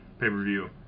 pay-per-view